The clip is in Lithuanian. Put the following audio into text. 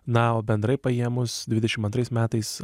na o bendrai paėmus dvidešimt antrais metais